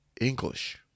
English